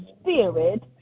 spirit